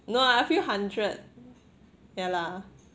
no lah a few hundred ya lah